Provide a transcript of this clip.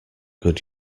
good